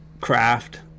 craft